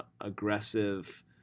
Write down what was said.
aggressive